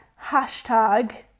Hashtag